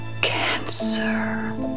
Cancer